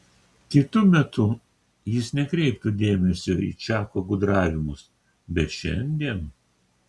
kitu metu jis nekreiptų dėmesio į čako gudravimus bet šiandien